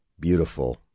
beautiful